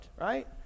right